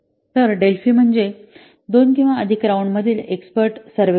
तर डेल्फी म्हणजे दोन किंवा अधिक राउंड मधील एक्स्पर्ट सर्वेक्षण आहे